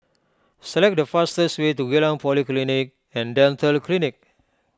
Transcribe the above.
select the fastest way to Geylang Polyclinic and Dental Clinic